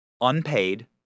unpaid